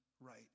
right